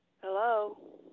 Hello